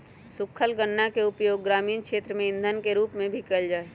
सूखल गन्ना के उपयोग ग्रामीण क्षेत्र में इंधन के रूप में भी कइल जाहई